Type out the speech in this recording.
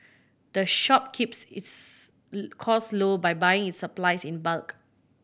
the shop keeps its cost low by buying its supplies in bulk